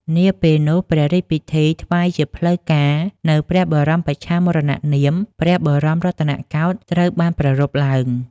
នាពេលនោះ ព្រះរាជពិធីថ្វាយជាផ្លូវការនូវព្រះបរមបច្ឆាមរណនាម «ព្រះបរមរតនកោដ្ឋ» ត្រូវបានប្រារព្ធឡើង។